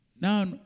Now